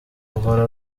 uhora